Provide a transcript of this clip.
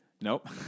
Nope